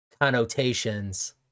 connotations